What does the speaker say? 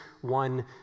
one